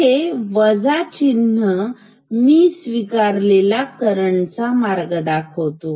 येथील वजा चिन्ह मी स्वीकारलेला करंटचा मार्ग दाखवतो